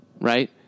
right